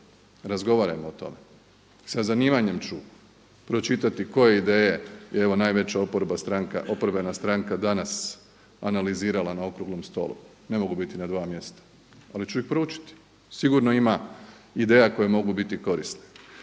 razgovarajmo o tome. Sa zanimanjem ću pročitati koje ideje je evo najveća oporbena stranka danas analizirala na okruglom stolu. Ne mogu biti na dva mjesta ali ću ih proučiti. Sigurno ima ideja koje mogu biti korisne.